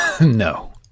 No